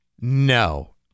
no